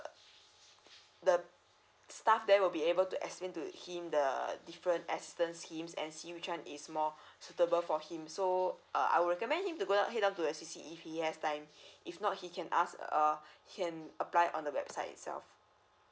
the staff there will be able to explain to him the different assistance schemes and see which one is more suitable for him so err I will recommend him to go down head down to A_C_C_E if he has time if not he can ask err he can apply on the website itself